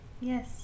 Yes